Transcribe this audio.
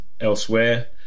elsewhere